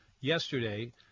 yesterday